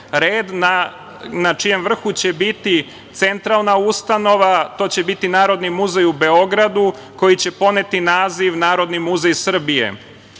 Red na čijem vrhu će biti centralna ustanova. To će biti Narodni muzej u Beogradu koji će poneti naziv „Narodni muzej Srbije“.